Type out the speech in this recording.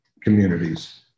communities